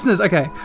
okay